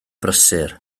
brysur